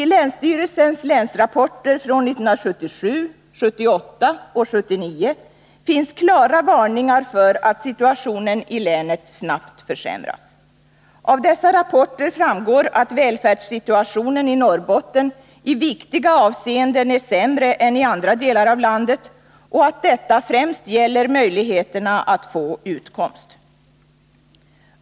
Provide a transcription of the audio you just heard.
I länsstyrelsens länsrapporter från 1977, 1978 och 1979 finns klara varningar för att situationen i länet snabbt försämras. Av dessa rapporter framgår att välfärdssituationen i Norrbotten i viktiga avseenden är sämre än i andra delar av landet och att detta främst gäller möjligheterna att få utkomst.